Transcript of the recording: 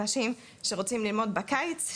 אנשים שרוצים ללמוד בקיץ,